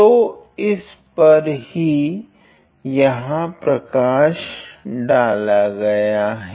तो इस पर ही यहाँ प्रकाश डाला गया है